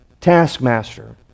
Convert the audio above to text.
taskmaster